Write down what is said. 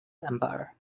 empire